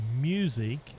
music